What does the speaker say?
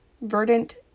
verdant